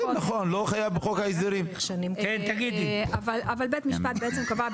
בית המשפט קבע,